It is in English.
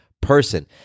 person